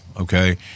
okay